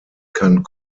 kann